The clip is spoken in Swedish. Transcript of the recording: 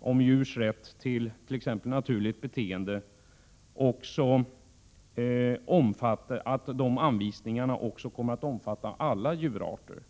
om t.ex. djurs rätt till naturligt beteende. Det är angeläget att understryka att dessa anvisningar skall omfatta alla djurarter.